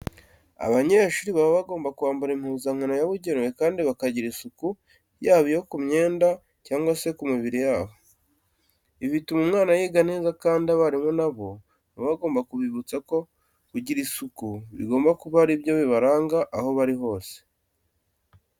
Abanyeshuri baba bagomba kwambara impuzankano yabugenewe kandi bakagira isuku, yaba iyo ku myenda cyangwa se ku mubiri wabo. Ibi bituma umwana yiga neza kandi abarimu na bo baba bagomba kubibutsa ko kugira isuku bigomba kuba ari byo bibaranga aho bari hose.